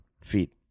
feet